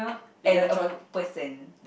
and a person